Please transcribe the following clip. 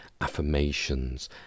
affirmations